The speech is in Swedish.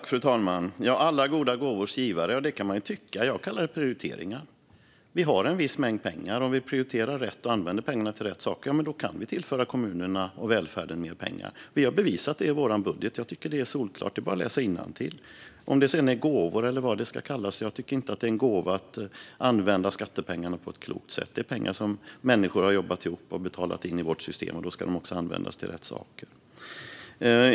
Fru talman! Alla goda gåvors givare - ja, det kan man ju tycka. Jag kallar det prioriteringar. Vi har en viss mängd pengar. Om vi prioriterar rätt och använder pengarna till rätt saker kan vi tillföra kommunerna och välfärden mer pengar. Vi har bevisat det i vår budget. Jag tycker att det är solklart; det är bara att läsa innantill. Vad gäller om det är gåvor eller vad det ska kallas tycker jag inte att det är en gåva att använda skattepengarna på ett klokt sätt. Det är pengar som människor har jobbat ihop och betalat in i vårt system, och då ska de också användas till rätt saker.